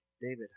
David